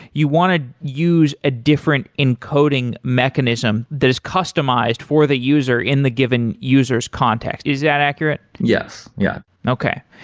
you want to use a different encoding mechanism that is customized for the user in the given user s context. is that accurate? yes. yeah okay.